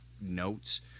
notes